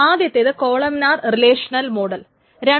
ആദ്യത്തെത് columnar relational models